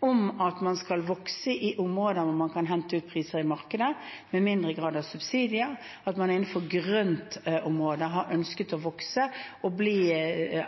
at man skal vokse i områder hvor man kan hente ut priser i markedet, med mindre grad av subsidier, og at man innenfor grøntområdet har ønsket å vokse og bli